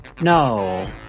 No